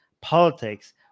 politics